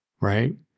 right